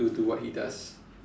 to do what he does